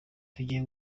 tugiye